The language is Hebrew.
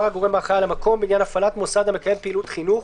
הגורם האחראי על המקום בעניין הפעלת מוסד המקיים פעילות חינוך,